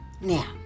Now